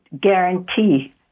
guarantee